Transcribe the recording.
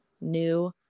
new